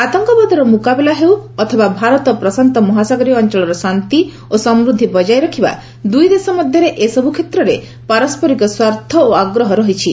ଆତଙ୍କବାଦର ମୁକାବିଲା ହେଉ ଅଥବା ଭାରତ ପ୍ରଶାନ୍ତ ମହାସାଗରୀୟ ଅଞ୍ଚଳର ଶାନ୍ତି ଓ ସମୃଦ୍ଧି ବଜାୟ ରଖିବା ଦୁଇଦେଶ ମଧ୍ୟରେ ଏ ସବୁ କ୍ଷେତ୍ରରେ ପାରସ୍କରିକ ସ୍ୱାର୍ଥ ଓ ଆଗ୍ରହ ରହିଛି